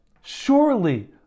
Surely